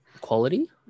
quality